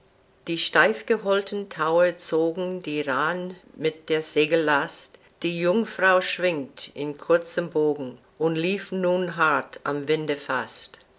die steifgeholten taue zogen die raaen mit der segel last die jungfrau schwenkt in kurzem bogen und lief nun hart am winde fast